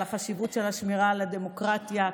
על החשיבות של שמירה על הדמוקרטיה,